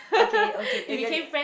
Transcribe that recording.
okay okay I get it